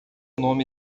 nome